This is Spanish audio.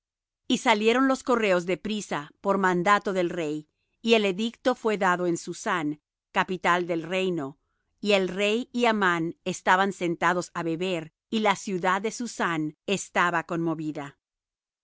y salieron los correos de priesa por mandato del rey y el edicto fué dado en susán capital del reino y el rey y amán estaban sentados á beber y la ciudad de susán estaba conmovida